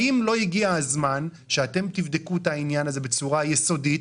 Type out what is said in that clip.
האם לא הגיע הזמן שאתם תבדקו את העניין הזה בצורה יסודית,